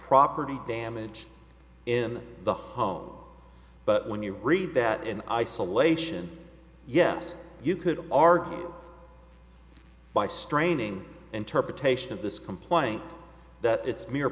property damage in the home but when you read that in isolation yes you could argue by straining interpretation of this complaint that its mere